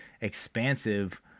expansive